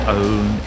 own